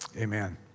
Amen